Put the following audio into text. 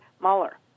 Mueller